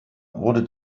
wurde